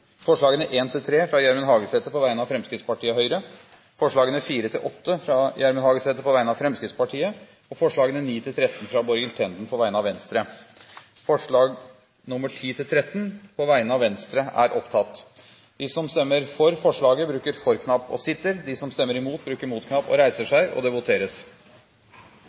forslagene nr. 1–3, fra Gjermund Hagesæter på vegne av Fremskrittspartiet og Høyre forslagene nr. 4–8, fra Gjermund Hagesæter på vegne av Fremskrittspartiet forslagene nr. 9–13, fra Borghild Tenden på vegne av Venstre Det voteres